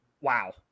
wow